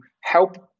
help